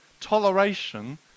Toleration